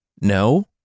No